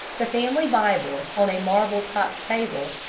the family bible on a marble-topped table,